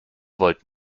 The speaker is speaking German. volt